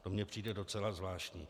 To mně přijde docela zvláštní.